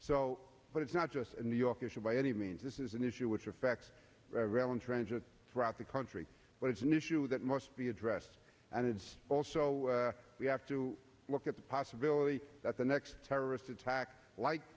so but it's not just new york issue by any means this is an issue which affects revenue transit throughout the country but it's an issue that must be addressed and it's also we have to look at the possibility that the next terrorist attack like